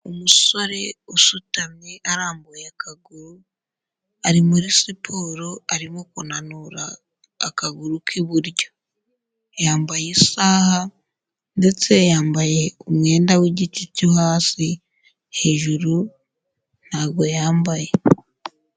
Umusore usutamye arambuye akaguru ari muri siporo arimo kunanura akaguru k'iburyo, yambaye isaha, ndetse yambaye umwenda w'igice cyo hasi, hejuru ntabwo yambaye.